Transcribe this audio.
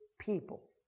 people